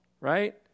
right